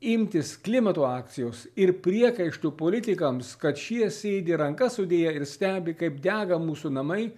imtis klimato akcijos ir priekaištų politikams kad šie sėdi rankas sudėję ir stebi kaip dega mūsų namai